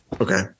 Okay